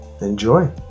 Enjoy